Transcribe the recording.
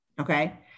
okay